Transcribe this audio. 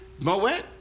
Moet